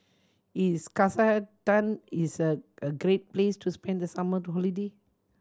is is a a great place to spend the summer holiday